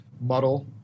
muddle